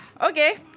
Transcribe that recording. Okay